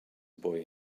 boy